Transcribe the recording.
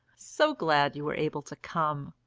so glad you were able to come.